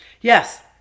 Yes